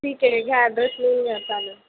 ठीक आहे घ्या ॲड्रेस लिहून घ्या चालेल